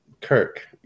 Kirk